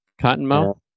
Cottonmouth